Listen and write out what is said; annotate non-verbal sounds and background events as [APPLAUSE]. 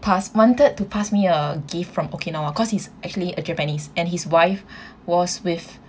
pass wanted to pass me a gift from okinawa 'cause he's actually a japanese and his wife [BREATH] was with